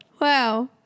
wow